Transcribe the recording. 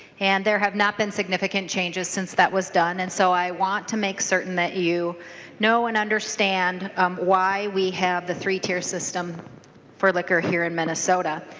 and there have not been significant changes since that was done. and so i want to make certain that you know and understand why we have the three-tier system for liquor here in minnesota.